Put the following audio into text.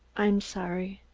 i'm sorry.